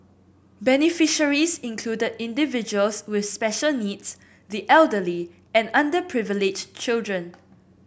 beneficiaries included individuals with special needs the elderly and underprivileged children